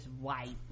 white